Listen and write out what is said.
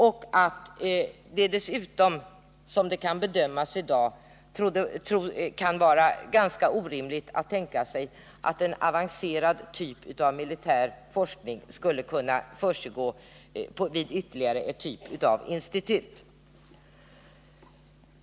Dessutom är det såvitt kan bedömas i dag ganska orimligt att tänka sig att en avancerad typ av militär forskning skulle kunna försiggå vid ytterligare ett institut.